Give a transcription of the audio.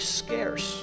scarce